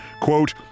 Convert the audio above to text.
Quote